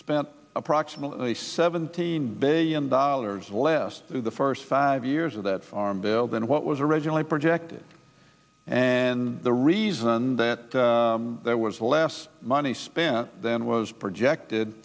spent approximately seventeen billion dollars less the first five years of that farm bill than what was originally projected and the reason that there was less money spent than was projected